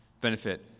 benefit